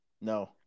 No